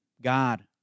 God